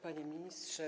Panie Ministrze!